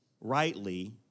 rightly